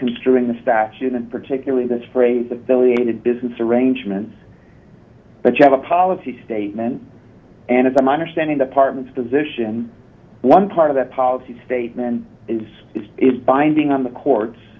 concerning the statute and particularly this phrase affiliated business arrangements but you have a policy statement and if i'm understanding the partons position one part of that policy statement is is binding on the court's